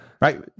Right